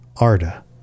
Arda